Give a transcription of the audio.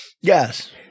Yes